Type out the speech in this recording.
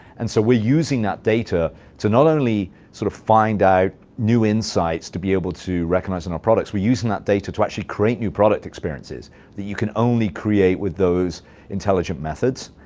and so we're using that data to not only sort of find out new insights to be able to recognize in our products we're using that data to actually create new product experiences that you can only create with those intelligent methods.